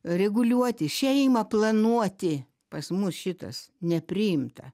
reguliuoti šeimą planuoti pas mus šitas nepriimta